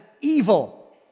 evil